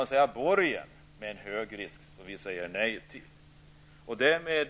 Vi säger alltså nej till denna borgen med en hög risk.